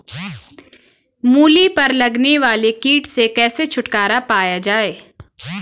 मूली पर लगने वाले कीट से कैसे छुटकारा पाया जाये?